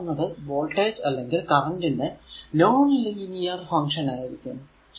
ഈ പവർ എന്നത് വോൾടേജ് അല്ലെങ്കിൽ കറന്റ് ന്റെ നോൺ ലീനിയർ ഫങ്ക്ഷൻ ആയിരിക്കും